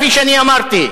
כפי שאני אמרתי.